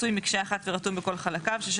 עשוי מקשה אחת ורתום בכל חלקיו,